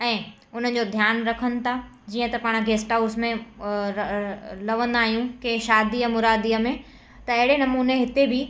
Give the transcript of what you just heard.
ऐं उन जो ध्यानु रखनि था जीअं त पाण गेस्ट हाउस में र लहंदा आहियूं के शादीअ मुरादीअ में त अहिड़े नमूने हिते बि